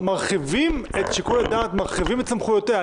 מרחיבים את שיקול הדעת, מרחיבים את סמכויותיה.